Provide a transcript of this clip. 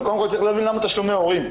אבל קודם כל צריך להבין למה תשלומי הורים.